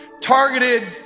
targeted